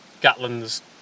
Gatlin's